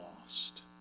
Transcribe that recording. lost